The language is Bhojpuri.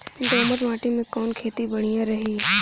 दोमट माटी में कवन खेती बढ़िया रही?